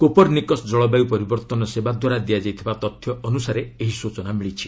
Copernicus ଜଳବାୟୁ ପରିବର୍ତ୍ତନ ସେବାଦ୍ୱାରା ଦିଆଯାଇଥିବା ତଥ୍ୟ ଅନୁସାରେ ଏହି ସୂଚନା ମିଳିଛି